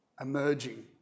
emerging